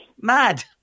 mad